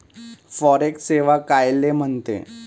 Forex सेवा कायले म्हनते?